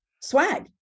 swag